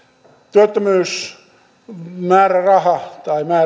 työttömyysmäärärahojen